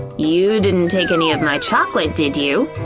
you didn't take any of my chocolate, did you?